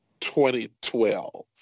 2012